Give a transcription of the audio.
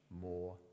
more